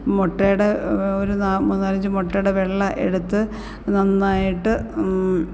മുട്ടയുടെ ഒരു മൂന്നാലഞ്ച് മുട്ടയുടെ വെള്ള എടുത്ത് നന്നായിട്ട്